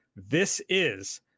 THISIS